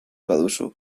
baduzu